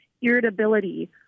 irritability